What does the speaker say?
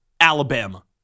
Alabama